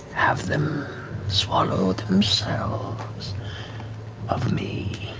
have them swallow themselves of me.